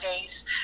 days